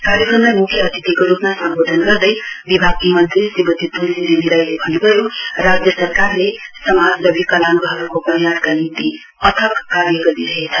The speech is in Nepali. क्रायक्रमलाई मुख्य अतिथिको रुपमा सम्वोधन गर्दै विभागकी मन्त्री श्रीमती तुलसी देवी राईले भन्नुभयो राज्य सरकारले समाज र विकलांगहरुको कल्याणका निम्ति अथक कार्य गरिरहेछ